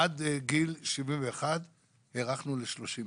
עד גיל 71 הארכנו ל-30 איש.